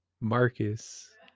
Marcus